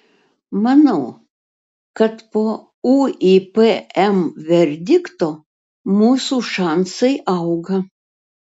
manau kad po uipm verdikto mūsų šansai auga